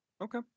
Okay